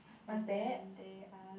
and then they are